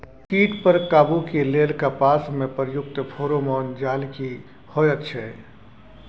कीट पर काबू के लेल कपास में प्रयुक्त फेरोमोन जाल की होयत छै?